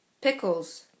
Pickles